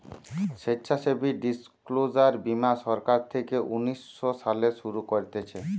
স্বেচ্ছাসেবী ডিসক্লোজার বীমা সরকার থেকে উনিশ শো সালে শুরু করতিছে